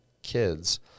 kids